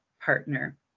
partner